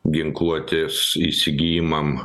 ginkluotės įsigijimam